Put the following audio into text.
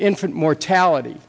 infant mortality